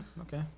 okay